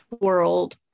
world